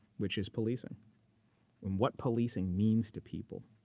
which is policing, and what policing means to people.